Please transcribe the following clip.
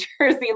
Jersey